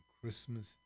Christmas